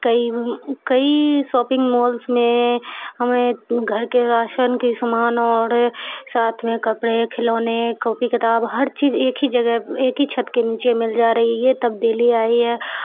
کئی کئی shopping malls میں ہمیں گھر کے راشن کی سامان اور ساتھ میں کپڑے کھلونے کاپی کتاب ہر چیز ایک ہی جگہ ایک ہی چھت کے نیچے مل جا رہی یہ تبدیلی آئی ہے